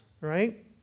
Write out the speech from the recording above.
Right